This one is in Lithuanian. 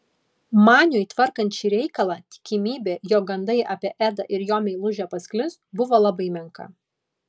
maniui tvarkant šį reikalą tikimybė jog gandai apie edą ir jo meilužę pasklis buvo labai menka